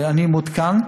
אני מעודכן.